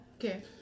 Okay